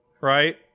right